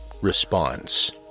Response